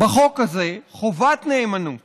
בחוק הזה חובת נאמנות